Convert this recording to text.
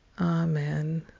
Amen